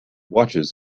watches